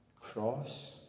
cross